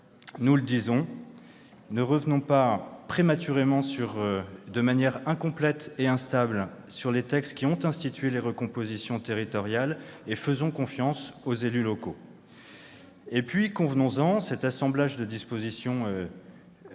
les élus, ne revenons pas prématurément et de manière incomplète et instable sur les textes qui ont institué les recompositions territoriales. Faisons confiance aux élus locaux ! Et puis, convenons-en, cet assemblage de dispositions,